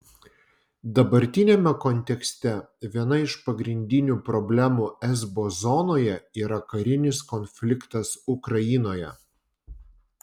dabartiniame kontekste viena iš pagrindinių problemų esbo zonoje yra karinis konfliktas ukrainoje